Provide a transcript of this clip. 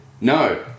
No